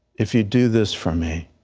if you do this for me,